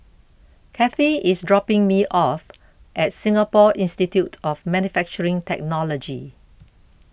Kathy is dropping me off at Singapore Institute of Manufacturing Technology